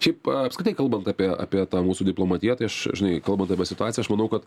šiaip apskritai kalbant apie apie tą mūsų diplomatiją tai aš žinai kalbant apie situaciją aš manau kad